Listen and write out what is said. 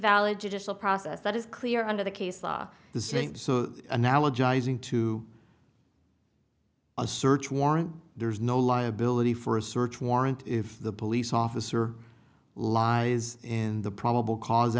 valid judicial process that is clear under the case law the same analogizing to a search warrant there's no liability for a search warrant if the police officer lies in the probable cause